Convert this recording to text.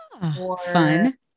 Fun